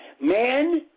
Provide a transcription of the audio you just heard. man